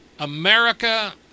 America